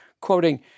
Quoting